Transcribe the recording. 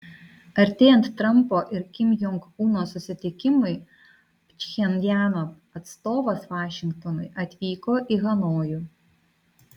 artėjant trampo ir kim jong uno susitikimui pchenjano atstovas vašingtonui atvyko į hanojų